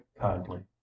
kindly